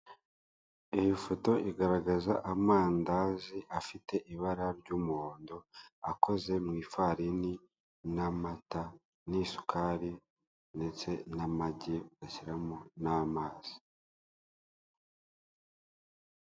Igaragaza amandazi afite ibara ry'umuhondo. Akoze mu ifarini n'amata, n'isukari, ndetse n'amagi bashyiramo n'amazi.